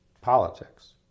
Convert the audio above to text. politics